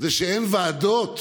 זה שאין ועדות,